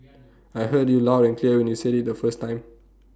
I heard you loud and clear when you said IT the first time